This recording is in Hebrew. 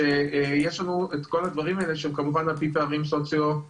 שיש לנו את כל הדברים האלו שכמובן על פי פערים סוציואקונומיים,